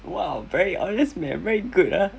!wow! very honest man very good ah